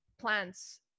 plants